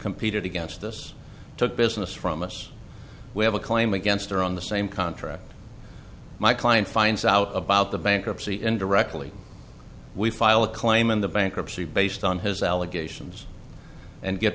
competed against this took business from us we have a claim against her on the same contract my client finds out about the bankruptcy and directly we file a claim in the bankruptcy based on his allegations and get